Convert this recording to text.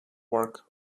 work